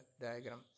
diagram